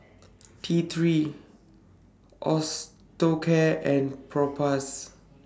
T three Osteocare and Propass